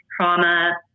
trauma